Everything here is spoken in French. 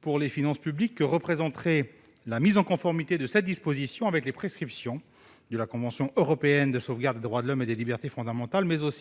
pour les finances publiques la mise en conformité de cette disposition avec, d'une part, les prescriptions de la Convention européenne de sauvegarde des droits de l'homme et des libertés fondamentales, et avec, d'autre